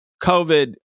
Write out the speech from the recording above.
COVID